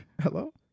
Hello